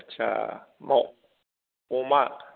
आच्चा अमा